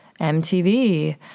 MTV